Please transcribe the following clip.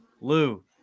Lou